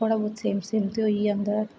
थोह्ड़ा बहुत same same ते होई गै जंदा